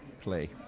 play